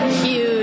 huge